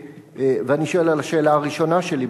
ואני שואל על השאלה הראשונה שלי,